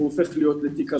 הופך להיות לתיק עבירה.